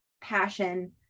passion